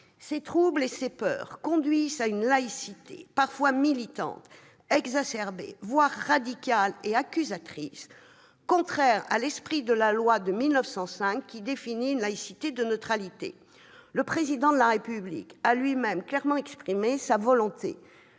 Ces troubles et ces peurs conduisent à une laïcité parfois militante et exacerbée, voire radicale et accusatrice, contraire à l'esprit de la loi de 1905, qui définit une laïcité de neutralité. Le Président de la République lui-même a clairement exprimé sa volonté